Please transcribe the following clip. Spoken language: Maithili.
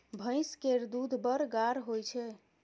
भैंस केर दूध बड़ गाढ़ होइ छै